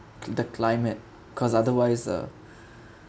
the climate because otherwise the